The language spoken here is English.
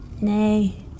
nay